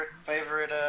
favorite